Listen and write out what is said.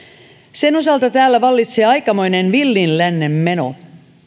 niiden osalta täällä vallitsee aikamoinen villin lännen meno